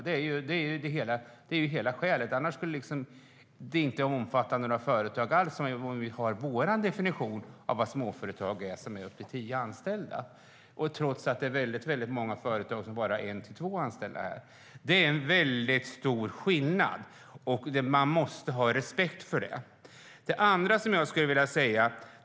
Det är hela skälet. Inga företag alls skulle omfattas om vi skulle använda vår definition av småföretag, som är på upp till tio anställda. Här har väldigt många företag trots allt bara en till två anställda. Det är en väldigt stor skillnad, och man måste ha respekt för det.